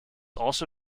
also